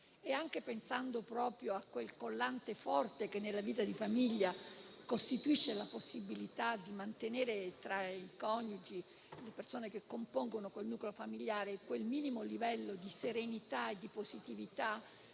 è anche pensando al forte collante che nella vita di famiglia costituisce la possibilità di mantenere tra i coniugi e le persone che compongono il nucleo familiare quel minimo livello di serenità e di positività